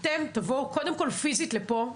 אתם תבואו קודם כול פיזית לפה.